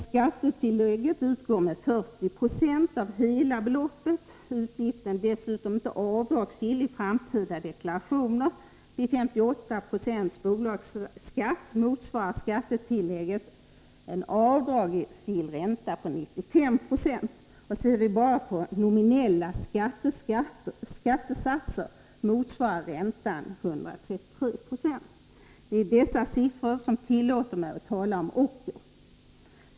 Skattetillägget utgår med 40 96 av hela beloppet. Utgiften är dessutom inte avdragsgill i framtida deklarationer. Vid 58960 bolagsskatt motsvarar skattetillägget en avdragsgill ränta på 9596. Vid nominell skattesats motsvarar räntan 133 26. Det är dessa siffror som tillåter mig att tala om ocker.